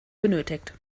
benötigt